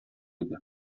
иде